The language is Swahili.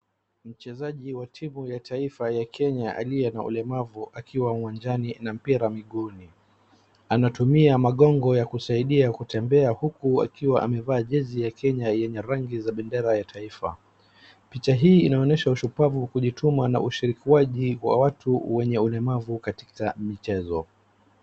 Mchezaji wa timu ya taifa ya Kenya aliye na ulemavu akiwa na uwanjani na mpira miguuni. Anatumia magongo ya kusaidia kutembea huku akiwa amevaa jezi ya Kenya yenye rangi ya bendera ya taifa. Picha hii inaonyesha ushupavu wa kujituma na ushirikiaji wa watu wenye ulemavu katika michezo.